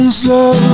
slow